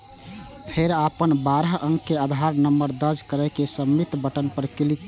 फेर अपन बारह अंक के आधार नंबर दर्ज कैर के सबमिट बटन पर क्लिक करू